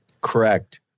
Correct